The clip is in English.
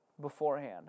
beforehand